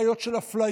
בעיות של אפליה,